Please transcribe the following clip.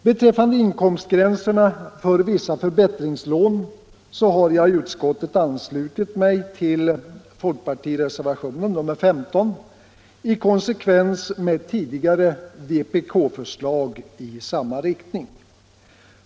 Beträffande inkomstgränserna för vissa förbättringslån har jag i utskottet anslutit mig till folkpartireservationen nr 15, i konsekvens med tidigare vpk-förslag i samma riktning.